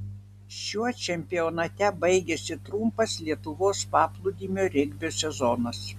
šiuo čempionate baigėsi trumpas lietuvos paplūdimio regbio sezonas